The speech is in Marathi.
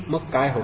मग काय होते